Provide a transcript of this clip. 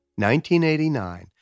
1989